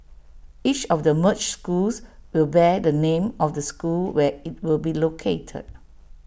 each of the merged schools will bear the name of the school where IT will be located